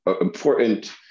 important